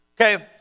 Okay